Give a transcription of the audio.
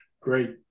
great